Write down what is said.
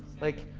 like,